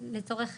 למודרנה.